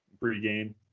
pregame